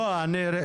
איזה איחוד וחלוקה?